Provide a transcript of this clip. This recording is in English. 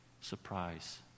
surprise